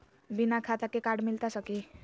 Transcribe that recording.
बिना खाता के कार्ड मिलता सकी?